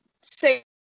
Say